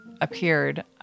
appeared